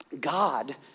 God